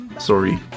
Sorry